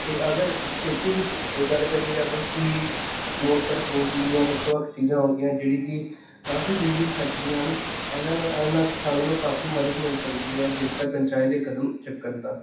ਅਤੇ ਅਗਰ ਛੇਤੀ ਵਿੱਚ ਗੱਲ ਕਰੀ ਜਾਵੇ ਕਿ ਮੋਟਰ ਹੋਊਗੀ ਜਾਂ ਵੱਖ ਵੱਖ ਚੀਜ਼ਾਂ ਹੋ ਗਈਆਂ ਜਿਹੜੀ ਕਿ ਕਾਫ਼ੀ ਬਿਜਲੀ ਖਰਚਦੀਆਂ ਹਨ ਇਹਨਾਂ ਨਾਲ ਇਹਨਾਂ ਨਾਲ ਕਿਸਾਨਾਂ ਨੂੰ ਕਾਫ਼ੀ ਮਦਦ ਮਿਲ ਸਕਦੀ ਹੈ ਜੇਕਰ ਪੰਚਾਇਤ ਇਹ ਕਦਮ ਚੁੱਕਣ ਤਾਂ